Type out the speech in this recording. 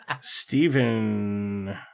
Stephen